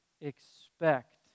expect